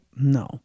No